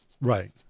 Right